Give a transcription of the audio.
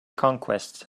conquest